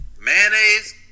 mayonnaise